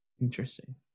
interesting